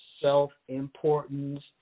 self-importance